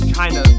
China